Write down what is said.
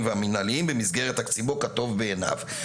והמינהליים במסגרת תקציבו כטוב בעיניו.